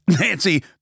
Nancy